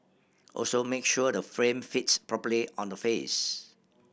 also make sure the frame fits properly on the face